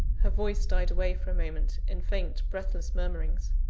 her voice died away for a moment, in faint, breathless murmurings.